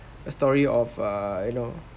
a story of err you know